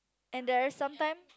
and there are sometime